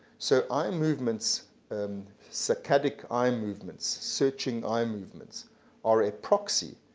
so i um movements and circadic eye movements, searching eye movements are a proxy